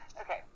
Okay